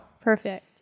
Perfect